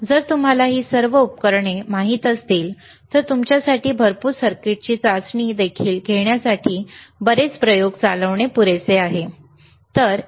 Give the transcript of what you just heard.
जर तुम्हाला ही सर्व उपकरणे माहित असतील तर तुमच्यासाठी भरपूर सर्किटची चाचणी घेण्यासाठी बरेच प्रयोग चालवणे पुरेसे आहे ठीक आहे